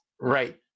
Right